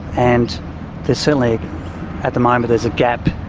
and there's certainly at the moment there's a gap